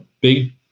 big